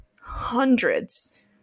Hundreds